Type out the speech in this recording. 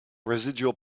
residual